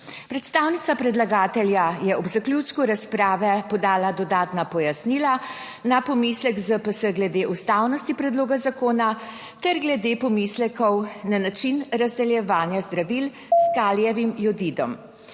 Predstavnica predlagatelja je ob zaključku razprave podala dodatna pojasnila na pomislek ZPS glede ustavnosti predloga zakona ter glede pomislekov na način razdeljevanja zdravil s kalijevim jodidom.